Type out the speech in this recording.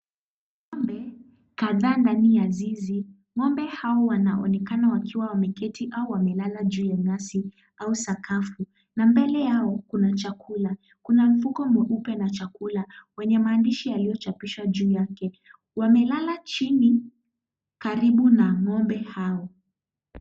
Ng'ombe kadhaa ndani ya zizi. Ng'ombe hao wanaonekana wakiwa wameketi au wamelala juu ya nyasi au sakafu na mbele yao kuna chakula. Kuna mfuko mweupe na chakula wenye maandishi yaliyochapishwa juu yake. Wamelala chini karibu na ng'ombe hao.